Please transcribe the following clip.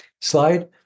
slide